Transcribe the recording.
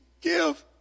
give